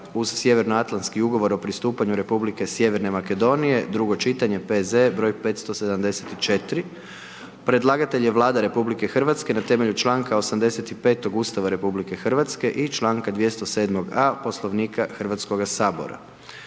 uz Sjevernoatlanski ugovor o pristupanju Republike Sjeverne Makedonije, drugo čitanje, P.Z. broj 574. Predlagatelj je Vlada RH na temelju članka 85. Ustava RH i članka 207a. Poslovnika Hrvatskoga sabora.